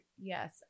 Yes